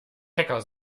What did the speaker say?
hacker